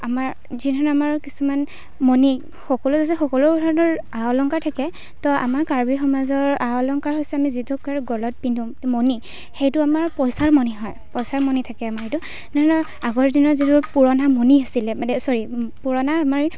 আমাৰ যিধৰণে আমাৰ কিছুমান মণি সকলো যে সকলো ধৰণৰ আ অলংকাৰ থাকে ত' আমাৰ কাৰ্বি সমাজৰ আ অলংকাৰ হৈছে আমি যিটোকাৰ গলত পিন্ধোঁ মণি সেইটো আমাৰ পইচাৰ মণি হয় পইচাৰ মণি থাকে আমাৰ সেইটো ধৰি লওক আগৰ দিনত যিটো পুৰণা মণি আছিলে মানে চৰি পুৰণা আমাৰ